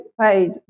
paid